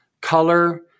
color